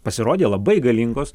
pasirodė labai galingos